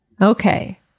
Okay